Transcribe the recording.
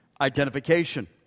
identification